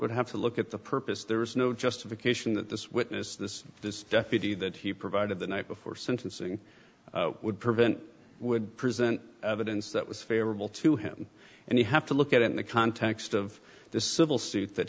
would have to look at the purpose there was no justification that this witness this this deputy that he provided the night before sentencing would prevent would present evidence that was favorable to him and you have to look at it in the context of the civil suit that